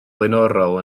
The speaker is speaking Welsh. flaenorol